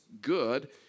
good